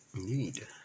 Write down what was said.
need